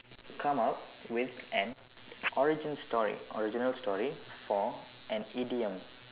come up with an origin story original story for an idiom